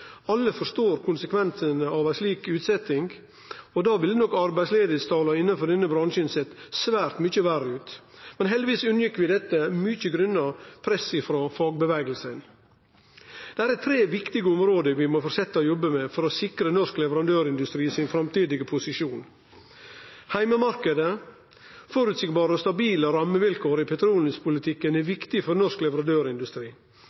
Alle forstår konsekvensane av ei slik utsetjing. Då ville nok arbeidsløysetala innanfor denne bransjen sett svært mykje verre ut. Heldigvis unngikk ein dette, mykje grunna press frå fagrørsla. Der er tre viktige område ein må fortsetje å jobbe med for å sikre norsk leverandørindustris framtidige posisjon. Den første er heimemarknaden: Føreseielege og stabile rammevilkår i petroleumspolitikken er